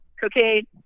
cocaine